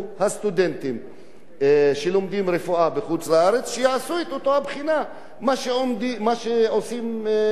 שלומדים רפואה בחוץ-לארץ את אותה הבחינה שעושים הסטודנטים בישראל.